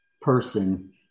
person